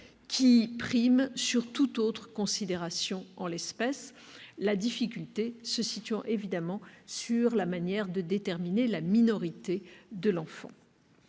qui prime toute autre considération en l'espèce, la difficulté tenant évidemment à la manière de déterminer la minorité de l'enfant.